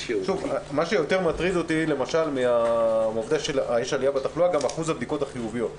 אותי יותר מטריד מכך שיש עלייה בתחלואה גם אחוז הבדיקות החיוביות.